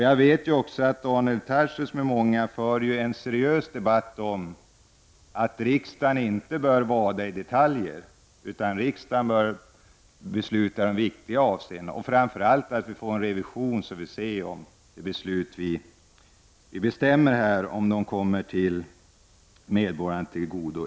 Jag vet att Daniel Tarschys och många andra för en seriös debatt om att riksdagen inte bör vada i detaljer utan fatta beslut i viktiga frågor. Framför allt är det angeläget med en revision så att vi ser om de beslut som fattas kommer medborgarna till godo.